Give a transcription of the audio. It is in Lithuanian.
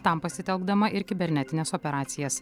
tam pasitelkdama ir kibernetines operacijas